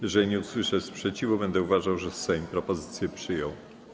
Jeżeli nie usłyszę sprzeciwu, będę uważał, że Sejm propozycję przyjął.